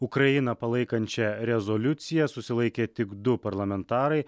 ukrainą palaikančią rezoliuciją susilaikė tik du parlamentarai